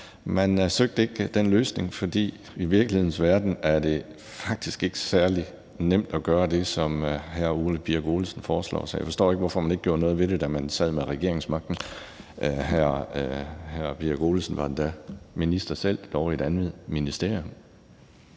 man søgte ikke den løsning – for i virkelighedens verden er det faktisk ikke særlig nemt at gøre det, som hr. Ole Birk Olesen foreslår. Men jeg forstår ikke, hvorfor man ikke gjorde noget ved det, da man sad med regeringsmagten. Hr. Ole Birk Olesen var endda minister selv, dog i et andet ministerium.